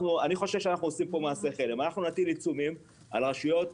אני חושב שאנחנו עושים פה מעשה חלם אנחנו נטיל עיצומים על רשות,